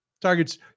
Target's